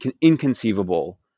inconceivable